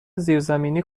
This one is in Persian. زیرزمینی